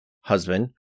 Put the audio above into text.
husband